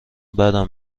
بدم